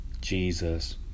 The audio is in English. Jesus